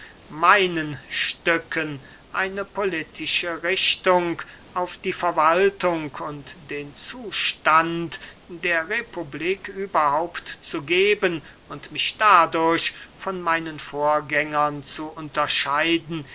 meinen stücken eine politische richtung auf die verwaltung und den zustand der republik überhaupt zu geben und mich dadurch von meinen vorgängern zu unterscheiden